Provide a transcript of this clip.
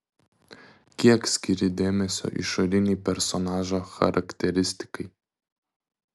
kiek skiri dėmesio išorinei personažo charakteristikai